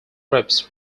groups